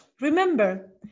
remember